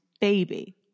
baby